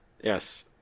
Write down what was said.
Yes